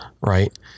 Right